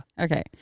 Okay